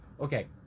Okay